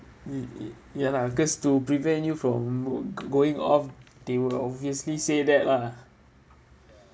ya lah cause to prevent you from go~ going off they will obviously say that lah